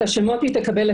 את השמות היא תקבל.